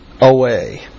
away